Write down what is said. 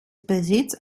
besitzt